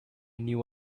knew